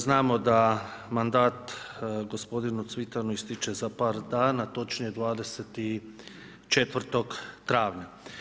Znamo da mandat gospodinu Cvitanu ističe za par dana, točnije 24. travnja.